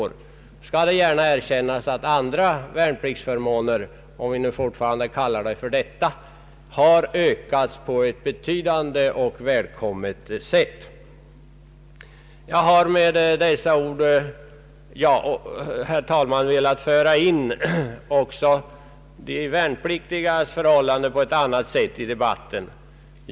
Nu skall det gärna erkännas att andra värnpliktsförmåner — om vi fortfarande skall behålla den benämningen — har avsevärt ökat, vilket naturligtvis har varit välkommet. Jag har med det anförda, herr talman, velat föra in de värnpliktigas förhållanden på ett annat sätt i debatten.